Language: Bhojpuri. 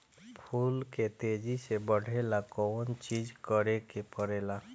फूल के तेजी से बढ़े ला कौन चिज करे के परेला?